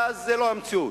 זאת לא המציאות.